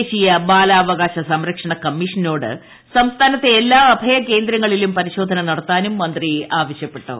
ദേശീയ ബാലാവകാശ സംരക്ഷണ കമ്മീഷനോട് സംസ്ഥാനത്തെ എല്ലാ അഭയകേന്ദ്രങ്ങളിലും പരിശോധന നടത്താനും മന്ത്രി ആവശ്യപ്പെട്ടു